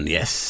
Yes